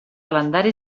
calendari